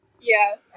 Yes